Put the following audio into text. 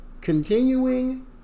continuing